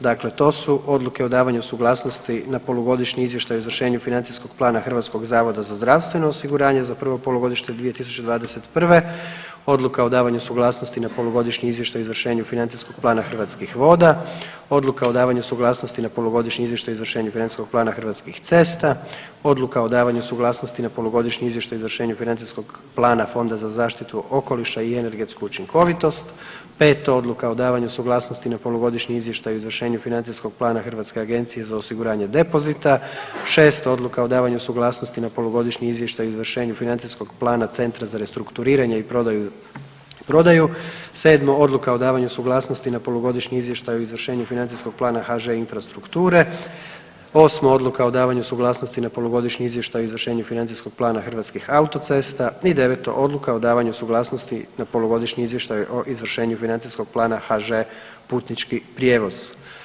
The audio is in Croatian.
Dakle, to su odluke o davanju suglasnosti na Polugodišnji izvještaj o izvršenju financijskog plana HZZO-a za prvo polugodište 2021., odluka o davanju suglasnosti na Polugodišnji izvještaj o izvršenju financijskog plana Hrvatskih voda, odluka o davanju suglasnosti na Polugodišnji izvještaj o izvršenju financijskog plana Hrvatskih cesta, odluka o davanju suglasnosti na Polugodišnji izvještaj o izvršenju financijskog plana Fonda za zaštitu okoliša i energetsku učinkovitost, peto, odluka o davanju suglasnosti na Polugodišnji izvještaj o izvršenju financijskog plana HAOD-a, šesto, odluka o davanju suglasnosti na Polugodišnji izvještaj o izvršenju financijskog plana Centra za restrukturiranje i prodaju, sedmo, odluka o davanju suglasnosti na Polugodišnji izvještaj o izvršenju financijskog plana HŽ infrastrukture, osmo, odluka o davanju suglasnosti na Polugodišnji izvještaj o izvršenju financijskog plana Hrvatskih autocesta i deveto, odluka o davanju suglasnosti na Polugodišnji izvještaj o izvršenju financijskog plana HŽ putnički prijevoz.